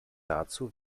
dazu